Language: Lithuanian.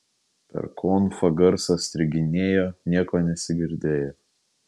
per konfą garsas striginėjo nieko nesigirdėjo